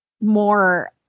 more